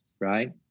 right